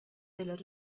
del